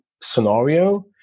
scenario